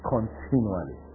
Continually